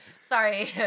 Sorry